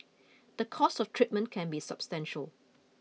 the cost of treatment can be substantial